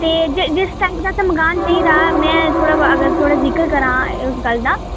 ते जिस टाइप दा असें मकान चाहिदा में थुआढ़ा अगर थुआढ़ा जिकर करां उस गल्ल दा